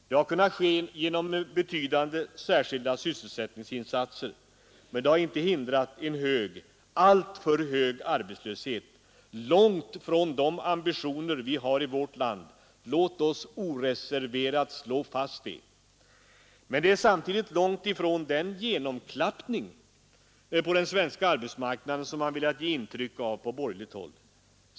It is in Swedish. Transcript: Det har kunnat ske genom betydande särskilda sysselsättningsinsatser, men det har inte hindrat en hög — alltför hög — arbetslöshet, långt från de ambitioner vi har i vårt land. Låt oss oreserverat slå fast det! Men det är samtidigt långtifrån den genomklappning på den svenska arbetsmarknaden som man velat ge intryck av på borgerligt håll.